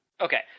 okay